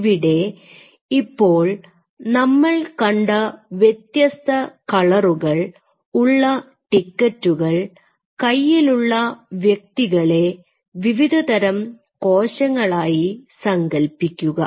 ഇവിടെ ഇപ്പോൾ നമ്മൾ കണ്ട വ്യത്യസ്ത കളറുകൾ ഉള്ള ടിക്കറ്റുകൾ കയ്യിലുള്ള വ്യക്തികളെ വിവിധതരം കോശങ്ങളായി സങ്കൽപ്പിക്കുക